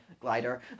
glider